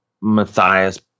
Matthias